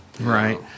right